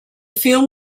film